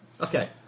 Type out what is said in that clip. Okay